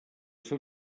seu